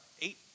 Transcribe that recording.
Eight